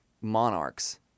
monarchs